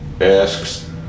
asks